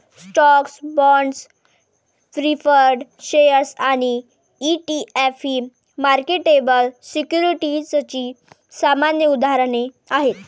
stocks, bonds, preferred shares आणि ETF ही marketable सिक्युरिटीजची सामान्य उदाहरणे आहेत